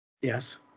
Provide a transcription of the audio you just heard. Yes